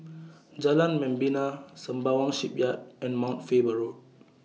Jalan Membina Sembawang Shipyard and Mount Faber Road